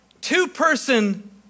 two-person